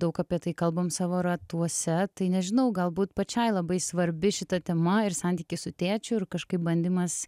daug apie tai kalbam savo ratuose tai nežinau galbūt pačiai labai svarbi šita tema ir santykiai su tėčiu ir kažkaip bandymas